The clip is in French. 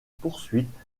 poursuite